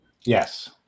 Yes